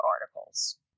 articles